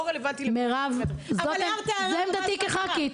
מירב, זאת עמדתי כח"כית.